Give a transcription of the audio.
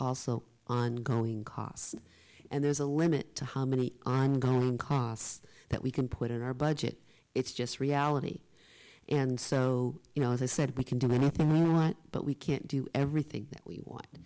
also ongoing costs and there's a limit to how many ongoing costs that we can put in our budget it's just reality and so you know as i said we can do anything we want but we can't do everything that we want